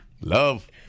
Love